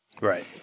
Right